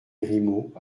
grimaud